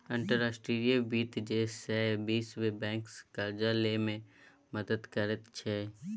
अंतर्राष्ट्रीय वित्त जे छै सैह विश्व बैंकसँ करजा लए मे मदति करैत छै